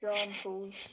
examples